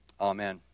Amen